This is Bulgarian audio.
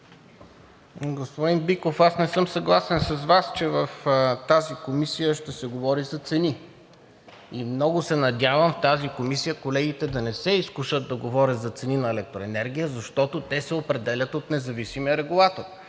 Господин Биков, аз не съм съгласен с Вас, че в тази комисия ще се говори за цени и много се надявам в тази комисия колегите да не се изкушат да говорят за цени на електроенергия, защото те се определят от независимия регулатор.